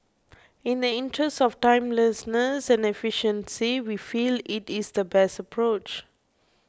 in the interest of timeliness and efficiency we feel it is the best approach